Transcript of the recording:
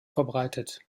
verbreitet